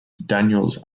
daniels